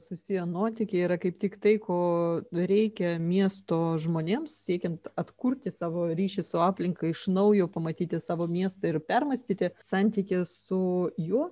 susiję nuotykiai yra kaip tik tai ko reikia miesto žmonėms siekiant atkurti savo ryšį su aplinka iš naujo pamatyti savo miestą ir permąstyti santykį su juo